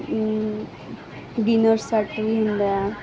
dinner set ਵੀ ਹੁੰਦੇ ਆ